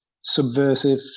subversive